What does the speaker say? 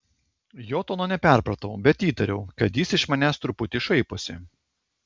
jo tono neperpratau bet įtariau kad jis iš manęs truputį šaiposi